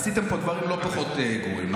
עשיתם פה דברים לא פחות גרועים,